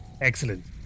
Excellent